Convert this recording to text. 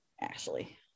Ashley